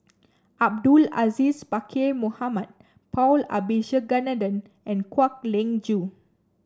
Abdul Aziz Pakkeer Mohamed Paul Abisheganaden and Kwek Leng Joo